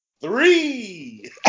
three